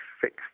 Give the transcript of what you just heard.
fixed